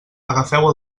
agafeu